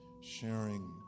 sharing